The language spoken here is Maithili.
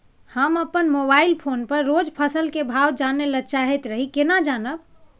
हम अपन मोबाइल फोन पर रोज फसल के भाव जानय ल चाहैत रही केना जानब?